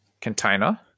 container